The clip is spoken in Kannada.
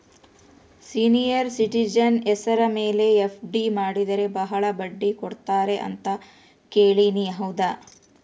ಸೇನಿಯರ್ ಸಿಟಿಜನ್ ಹೆಸರ ಮೇಲೆ ಎಫ್.ಡಿ ಮಾಡಿದರೆ ಬಹಳ ಬಡ್ಡಿ ಕೊಡ್ತಾರೆ ಅಂತಾ ಕೇಳಿನಿ ಹೌದಾ?